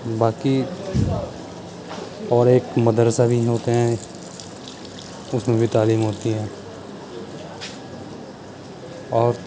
باقی اور ایک مدرسہ بھی ہوتے ہیں تو اس میں بھی تعلیم ہوتی ہے اور